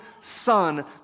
son